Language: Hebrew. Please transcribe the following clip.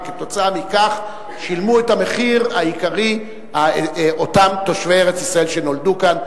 וכתוצאה מכך שילמו את המחיר העיקרי אותם תושבי ארץ-ישראל שנולדו כאן,